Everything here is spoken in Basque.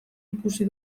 ikusi